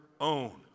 own